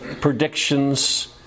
predictions